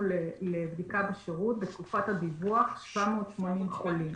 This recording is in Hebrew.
לבדיקה בשירות בתקופת הדיווח 780 חולים,